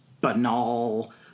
banal